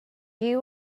you